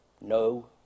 no